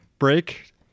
break